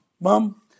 Mom